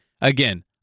again